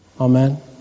Amen